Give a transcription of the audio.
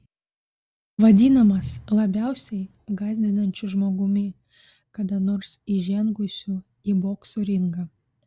vadinamas labiausiai gąsdinančiu žmogumi kada nors įžengusiu į bokso ringą